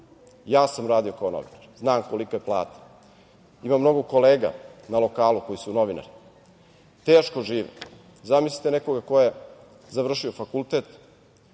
Ja sam radio kao novinar, znam kolika je plata. Imam mnogo kolega na lokalu koji su novinari. Teško žive. Zamislite nekoga ko je završio fakultet